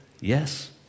yes